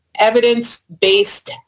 evidence-based